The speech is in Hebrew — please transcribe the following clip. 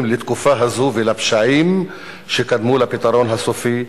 לתקופה הזאת ולפשעים שקדמו ל'פתרון הסופי',